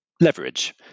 leverage